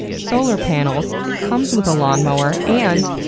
solar panels. comes with a lawn mower. and,